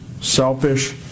selfish